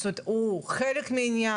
זאת אומרת, הוא חלק מהעניין?